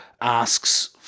asks